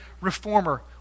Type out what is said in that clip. reformer